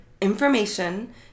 information